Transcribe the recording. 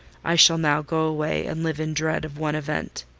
i shall now go away and live in dread of one event.